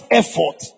effort